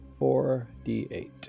4d8